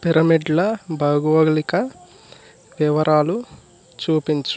pyramid ల భౌగోళిక వివరాలు చూపించు